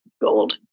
gold